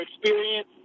experience